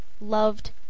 loved